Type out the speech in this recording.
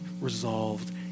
resolved